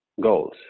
goals